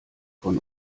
von